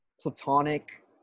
platonic